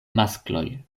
maskloj